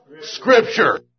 Scripture